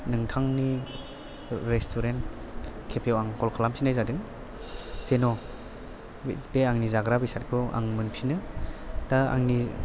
नोंथांनि restaurant cafe याव आं कल खालामफिननाय जादों जेन' बे आंनि जाग्रा बेसादखौ आं मोनफिनो दा आंनि